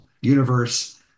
universe